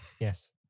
yes